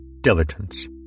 Diligence